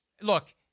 look